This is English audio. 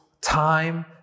time